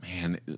Man